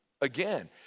again